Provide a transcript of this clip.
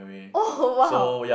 oh !wow!